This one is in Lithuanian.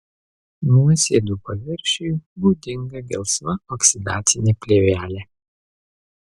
nuosėdų paviršiui būdinga gelsva oksidacinė plėvelė